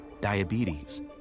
diabetes